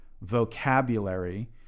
vocabulary